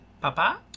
Papa